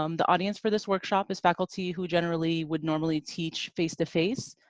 um the audience for this workshop is faculty who generally would normally teach face-to-face,